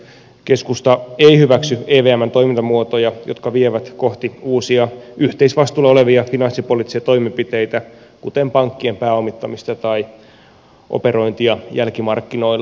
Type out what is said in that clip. keskusta ei hyväksy evmn toimintamuotoja jotka vievät kohti uusia yhteisvastuulla olevia finanssipoliittisia toimenpiteitä kuten pankkien pääomittamista tai operointia jälkimarkkinoilla